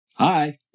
Hi